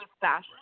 fashion